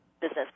business